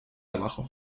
abajo